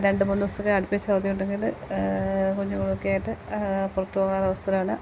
രണ്ട് മൂന്ന് ദിവസമൊക്കെ അടുപ്പിച്ച് അവധി ഉണ്ടെങ്കിൽ കുഞ്ഞുങ്ങളൊക്കെ ആയിട്ട് പുറത്തു പോകുന്ന ഒരരു അവസരമാണ്